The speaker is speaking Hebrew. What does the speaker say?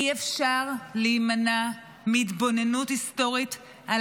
אי-אפשר להימנע מהתבוננות היסטורית על